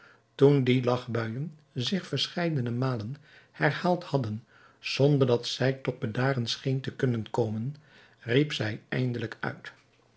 toen die lachbuijen zich verscheidene malen herhaald hadden zonder dat zij tot bedaren scheen te kunnen komen riep zij eindelijk uit